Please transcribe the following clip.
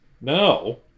No